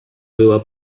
była